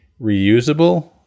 reusable